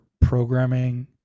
programming